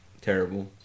terrible